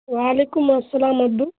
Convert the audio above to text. وعلیکم السلام ابو